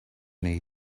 wnei